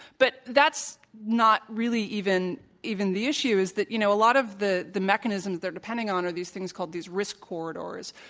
but that's not really even even the issue is that, you know, a lot of the the mechanisms they're depending on are these things called these risk corridors,